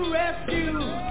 rescue